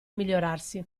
migliorarsi